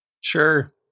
Sure